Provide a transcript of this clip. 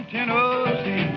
Tennessee